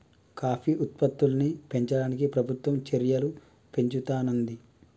coffee ఉత్పత్తుల్ని పెంచడానికి ప్రభుత్వం చెర్యలు పెంచుతానంది